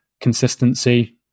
consistency